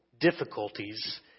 difficulties